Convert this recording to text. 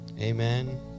Amen